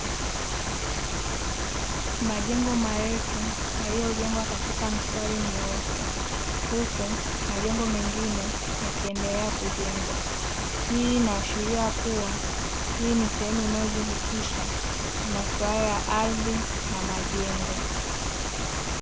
Majengo marefu yaliyojengwa katika mistari mnyoofu. Huku majengo mengine yakiendelea kujengwa. Hii inashiria kuwa hii ni sehemu inayojihusisha na maswala ya ardhi na majengo.